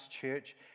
church